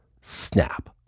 snap